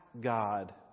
God